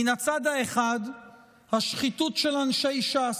מן הצד האחד השחיתות של אנשי ש"ס,